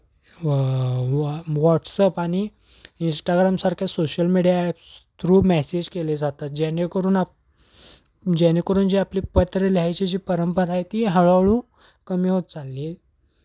व व्हॉट्सअप आणि इंस्टाग्रामसारख्या social media apps through message केले जातात जेणेकरून आप जेणेकरून जे आपली पत्र लिहायची जी परंपरा आहे ती हळूहळू कमी होत चालली